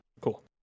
cool